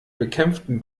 bekämpften